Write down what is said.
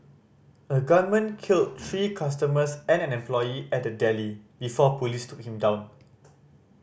a gunman killed three customers and an employee at the deli before police took him down